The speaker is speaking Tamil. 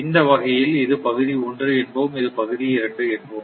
இந்த வகையில் இது பகுதி 1 என்போம் இது பகுதி 2 என்போம்